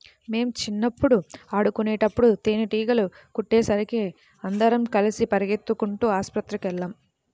మేం చిన్నప్పుడు ఆడుకునేటప్పుడు తేనీగలు కుట్టేసరికి అందరం కలిసి పెరిగెత్తుకుంటూ ఆస్పత్రికెళ్ళాం